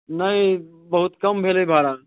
नहि ई बहुत कम भेलै भाड़ा